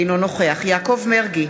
אינו נוכח יעקב מרגי,